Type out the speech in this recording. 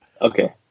Okay